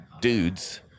dudes